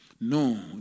No